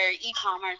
e-commerce